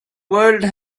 world